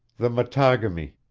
the mattagami,